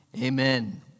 amen